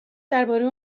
درباره